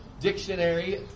dictionary